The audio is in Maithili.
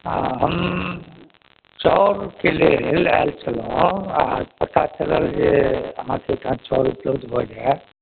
हाँ हम चाउरके लेल आयल छलहुँ अहाँ पता चलल जे अहाँ ओहिठाम चाउर उपलब्ध भऽ जायत